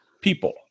people